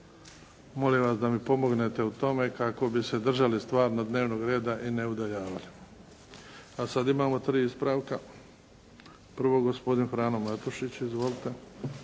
Molim vas da mi pomognete u tome kako bi se držali stvarno dnevnog reda i ne udaljavali. A sad imamo tri ispravka. Prvo gospodin Frano Matušić. Izvolite.